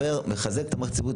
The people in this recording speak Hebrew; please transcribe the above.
לחזק את המערכת הציבורית,